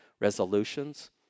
resolutions